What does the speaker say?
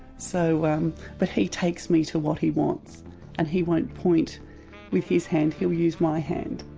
so um but he takes me to what he wants and he won't point with his hand, he'll use my hand.